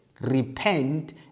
repent